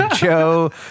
Joe